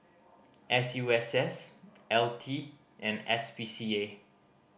S U S S L T and S P C A